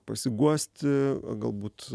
pasiguosti galbūt